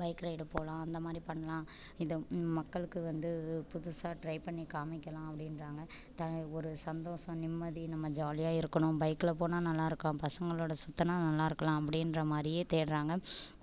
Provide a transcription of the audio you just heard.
bike ride போகலாம் அந்த மாதிரி பண்ணலாம் இத மக்களுக்கு வந்து புதுசாக ட்ரை பண்ணி காமிக்கலாம் அப்படின்றாங்க த ஒரு சந்தோசம் நிம்மதி நம்ம ஜாலியாக இருக்கணும் பைக்கில போனால் நல்லா இருக்கும் பசங்களோட சுற்றுனா நல்லா இருக்கலாம் அப்படின்ற மாதிரியே தேடுறாங்க